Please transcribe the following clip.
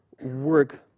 work